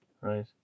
right